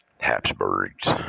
Habsburgs